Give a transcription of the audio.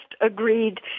agreed